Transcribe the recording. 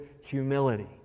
humility